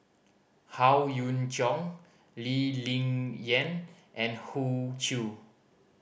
Howe Yoon Chong Lee Ling Yen and Hoey Choo